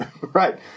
Right